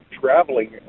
traveling